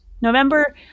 november